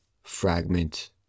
fragment